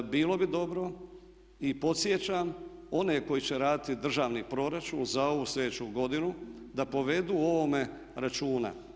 Bilo bi dobro i podsjećam one koji će raditi državni proračun za ovu sljedeću godinu da povedu o ovome računa.